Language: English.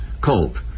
Cope